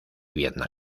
vietnam